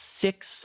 six